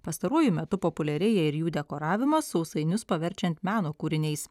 pastaruoju metu populiarėja ir jų dekoravimas sausainius paverčiant meno kūriniais